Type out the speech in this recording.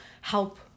help